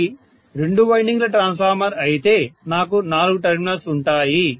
ఇది రెండు వైండింగ్ల ట్రాన్స్ఫార్మర్ అయితే నాకు నాలుగు టెర్మినల్స్ ఉంటాయి